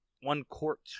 one-quart-